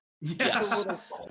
Yes